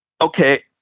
okay